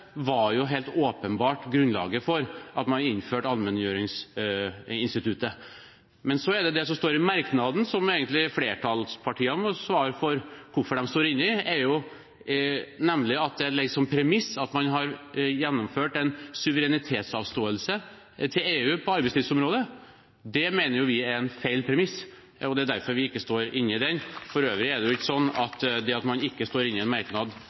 var den erkjennelsen av hvordan EØS-avtalen, men også innlemmelsen av flere nye land i EU, kunne påvirke det norske arbeidslivet, helt åpenbart grunnlaget for at man innførte allmenngjøringsinstituttet. Men så er det det som står i den merknaden som egentlig flertallspartiene må svare for hvorfor de står inne i, nemlig at det ligger som premiss at man har gjennomført en suverenitetsavståelse til EU på arbeidslivsområdet. Det mener vi er et feil premiss, og det er derfor vi ikke står inne i den merknaden. For øvrig er det ikke slik at det at man ikke